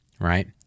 Right